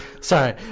sorry